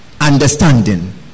understanding